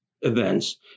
events